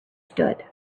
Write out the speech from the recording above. stood